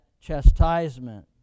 chastisement